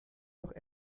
noch